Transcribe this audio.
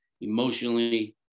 emotionally